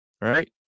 right